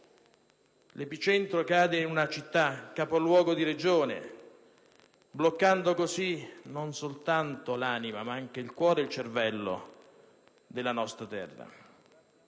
l'epicentro cade in una città capoluogo di Regione, bloccando così non soltanto l'anima ma anche il cuore e il cervello della nostra terra.